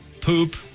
Poop